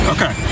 Okay